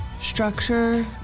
Structure